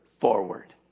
forward